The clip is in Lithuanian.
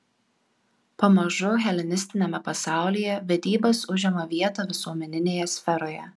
pamažu helenistiniame pasaulyje vedybos užima vietą visuomeninėje sferoje